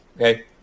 Okay